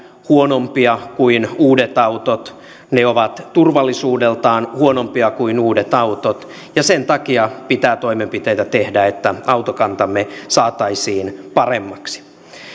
huonompia kuin uudet autot ne ovat turvallisuudeltaan huonompia kuin uudet autot ja sen takia pitää toimenpiteitä tehdä että autokantamme saataisiin paremmaksi